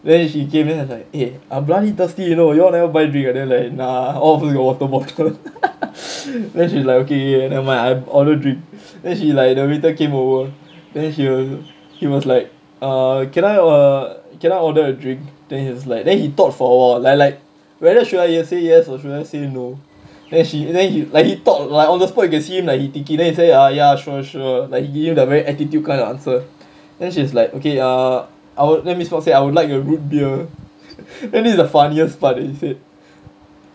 then she came then was like eh I bloody thirsty you know you all of you never buy drink ah then like nah all of them got water bottle then she was like okay okay never mind I order drink then she like the waiter came over then she was he was like uh can I uh can I order a drink then he was like then he thought for a while like like whether should I yes say yes or should I say no then she then he like he thought like on the spot you can see him like he thinking then he say ah ya sure sure like he giving the very attitude kind of answer then she was like okay uh then miss mak said I would like your root beer then this is the funniest part that he said